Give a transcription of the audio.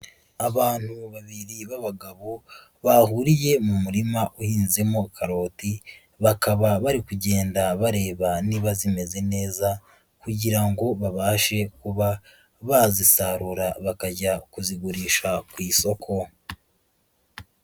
Abantu babiri b'abagabo bahuriye mu murima uhinzemo karoti, bakaba bari kugenda bareba niba zimeze neza kugira ngo babashe kuba bazisarura bakajya kuzigurisha ku isoko.